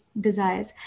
desires